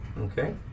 Okay